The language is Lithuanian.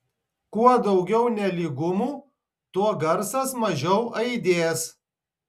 kuo daugiau nelygumų tuo garsas mažiau aidės